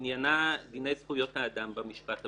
עניינה דיני זכויות האדם במשפט הבינלאומי,